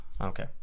Okay